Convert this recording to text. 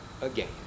again